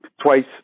twice